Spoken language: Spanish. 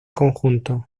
conjunto